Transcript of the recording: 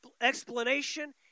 explanation